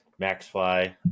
Maxfly